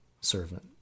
servant